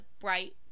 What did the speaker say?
bright